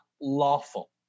lawful